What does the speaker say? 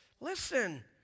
Listen